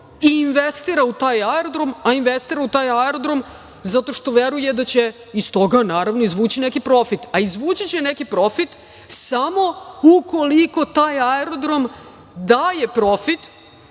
upravlja tim aerodromom i investira u taj aerodrom zato što veruje da će iz toga naravno izvući neki profit. Izvući će neki profit samo ukoliko taj aerodrom daje profit